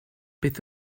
beth